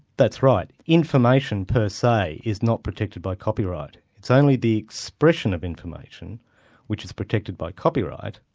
that's right. information per se is not protected by copyright, it's only the expression of information which is protected by copyright,